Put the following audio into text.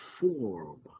form